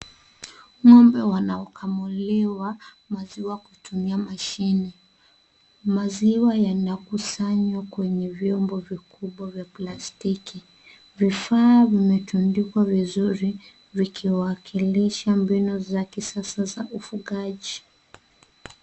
Ngombe wanaokamulia maziwa kutumia mashine. Maziwa yanakusanywa kwenye vyombo vikubwa vya plastiki. Vifaa vimetundikwa vizuri vikiwalisha mbinu za kisasa za ufugaji.